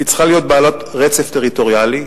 היא צריכה להיות בעלת רצף טריטוריאלי,